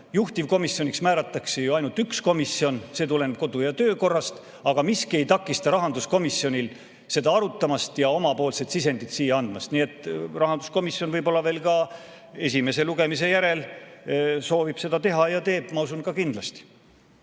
Juhtivkomisjoniks määratakse ju ainult üks komisjon, see tuleneb kodu‑ ja töökorrast, aga miski ei takista rahanduskomisjonil seda arutamast ja omapoolset sisendit andmast. Nii et rahanduskomisjon võib-olla veel ka esimese lugemise järel soovib seda teha ja teeb, ma usun, kindlasti.